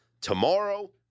tomorrow